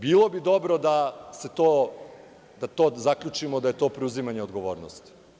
Bilo bi dobro da zaključimo da je to preuzimanje odgovornosti.